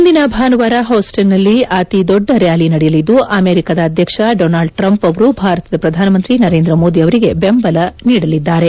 ಮುಂದಿನ ಭಾನುವಾರ ಹೂಸ್ಸನ್ನಲ್ಲಿ ಅತಿ ದೊಡ್ಡ ರ್ಯಾಲಿ ನಡೆಯಲಿದ್ದು ಅಮೆರಿಕದ ಅಧ್ಯಕ್ಷ ಡೊನಾಲ್ಡ್ ಟ್ರಂಪ್ ಅವರು ಭಾರತದ ಪ್ರಧಾನಮಂತ್ರಿ ನರೇಂದ್ರ ಮೋದಿ ಅವರಿಗೆ ಬೆಂಬಲ ನೀಡಲಿದ್ದಾರೆ